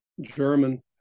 German